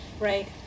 Right